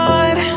God